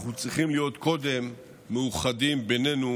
אנחנו צריכים להיות קודם מאוחדים בינינו,